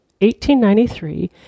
1893